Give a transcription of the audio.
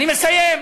אני מסיים.